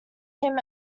him